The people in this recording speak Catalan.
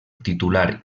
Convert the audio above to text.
titular